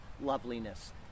loveliness